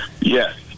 Yes